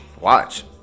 watch